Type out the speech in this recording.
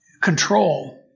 Control